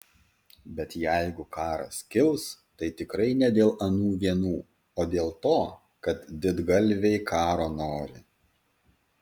bet jeigu karas kils tai tikrai ne dėl anų vienų o dėl to kad didgalviai karo nori